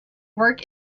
work